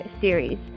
series